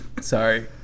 Sorry